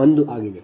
1 ಆಗಿದೆ